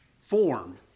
form